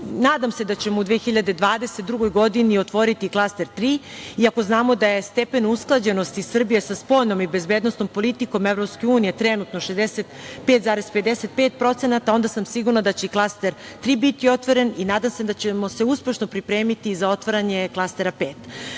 se da ćemo u 2022. godini otvoriti Klaster 3, iako znamo da je stepen usklađenosti Srbije sa spoljnom i bezbednosnom politikom EU trenutno 65,55%, onda sam sigurna da će i Klaster 3 biti otvoren i nadam se da ćemo se uspešno pripremiti za otvaranje Klastera